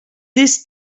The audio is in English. this